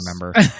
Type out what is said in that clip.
remember